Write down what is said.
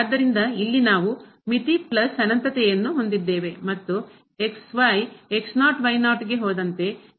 ಆದ್ದರಿಂದ ಇಲ್ಲಿ ನಾವು ಮಿತಿ ಪ್ಲಸ್ ಅನಂತತೆಯನ್ನು ಹೊಂದಿದ್ದೇವೆ ಮತ್ತು ಗೆ ಹೋದಂತೆ ಮೈನಸ್ ಅನಂತಕ್ಕೆ ಸಮೀಪಿಸುತ್ತಿದೆ